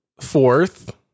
fourth